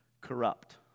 corrupt